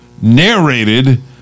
narrated